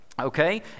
okay